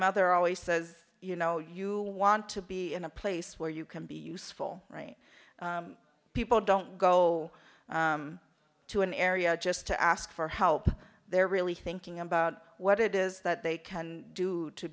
mother always says you know you want to be in a place where you can be useful people don't go to an area just to ask for help they're really thinking about what it is that they can do to